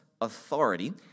authority